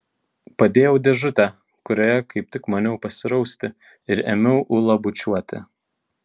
padėjau dėžutę kurioje kaip tik maniau pasirausti ir ėmiau ulą bučiuoti